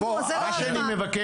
אנחנו, זה לא --- שיבוא.